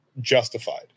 justified